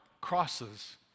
crosses